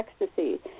ecstasy